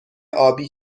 آبی